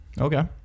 okay